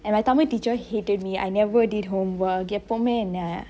and my tamil teacher hated me I never did homework எப்பொம என்ன:eppome enne